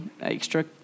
extra